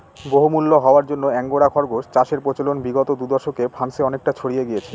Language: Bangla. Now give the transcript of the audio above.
বহুমূল্য হওয়ার জন্য আঙ্গোরা খরগোস চাষের প্রচলন বিগত দু দশকে ফ্রান্সে অনেকটা ছড়িয়ে গিয়েছে